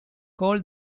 call